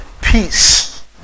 Peace